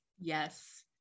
Yes